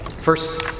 first